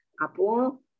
Apo